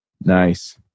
Nice